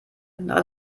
noch